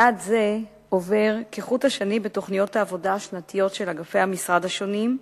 יעד זה עובר כחוט השני בתוכניות העבודה השנתיות של אגפי המשרד השונים,